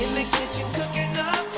kitchen cooking